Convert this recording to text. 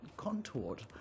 Contoured